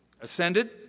ascended